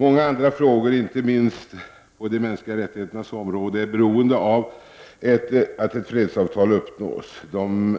Många andra frågor, inte minst på de mänskliga rättigheternas område, är beroende av att ett fredsavtal uppnås. De